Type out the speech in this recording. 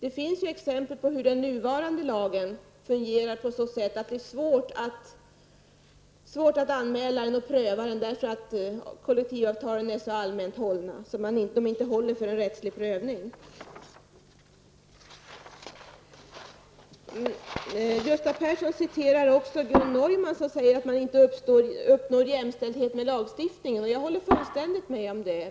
Ett exempel på hur den nuvarande lagen fungerar är att det är svårt att anmäla eller pröva den, därför att kollektivavtalen är så allmänt hållna att de inte håller för en rättslig prövning. Gustav Persson citerade Gun Neumann, som säger att man inte kan uppnå jämställdhet med lagstiftningen. Jag håller fullständigt med om det.